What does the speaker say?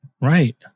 Right